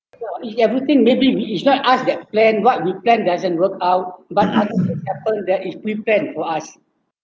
it everything may be is not as that plan what we plan doesn't work out but other things happen that is prepared for us